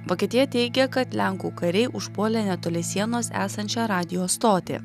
vokietija teigia kad lenkų kariai užpuolė netoli sienos esančią radijo stotį